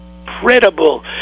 incredible